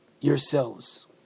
yourselves